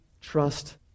trust